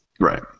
Right